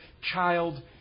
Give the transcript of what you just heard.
child